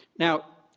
now,